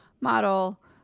model